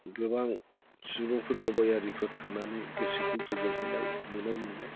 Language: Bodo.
गोबां सुबुंफोर दावबायारिफोर थांनानै गोसोखौ गोजोनहोनाय नुनाय मोनो